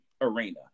arena